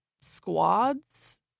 squads